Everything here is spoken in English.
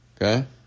Okay